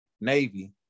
Navy